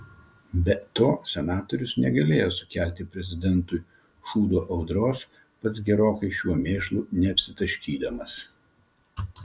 be to senatorius negalėjo sukelti prezidentui šūdo audros pats gerokai šiuo mėšlu neapsitaškydamas